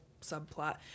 subplot